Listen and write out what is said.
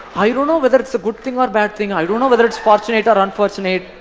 i don't know whether it is a good thing or bad thing i don't know whether it is fortunate or unfortunate,